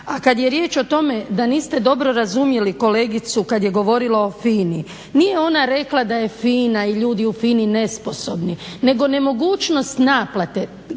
a kad je riječ o tome da niste dobro razumjeli kolegicu kad je govorila o FINA-i. Nije ona rekla da je FINA i ljudi u FINA-i nesposobni nego nemogućnost naplate.